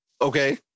Okay